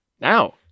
now